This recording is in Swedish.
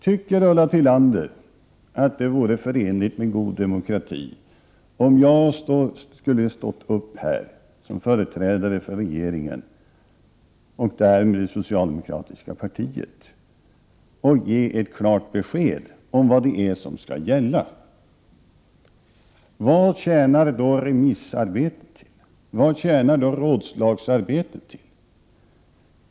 Tycker Ulla Tillander att det vore förenligt med god demokrati om jag skulle stå upp här som företrädare för regeringen, och därmed det socialdemokratiska partiet, och ge ett klart besked om vad det är som skall gälla? Vad tjänar då remissarbetet till? Vad tjänar då rådslagsarbetet till?